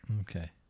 Okay